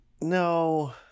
No